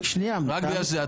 נו, רק בגלל שזה אתה.